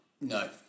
No